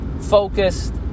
focused